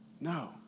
No